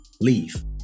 leave